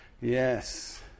yes